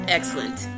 Excellent